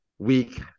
week